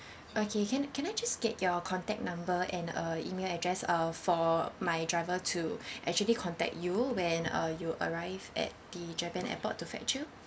okay can can I just get your contact number and uh email address uh for my driver to actually contact you when uh you arrive at the japan airport to fetch you